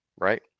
Right